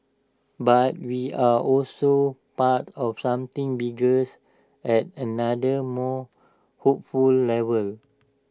but we are also part of something biggers at another more hopeful level